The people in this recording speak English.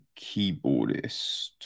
keyboardist